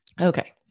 Okay